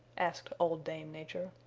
asked old dame nature.